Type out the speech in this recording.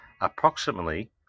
Approximately